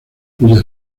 cuya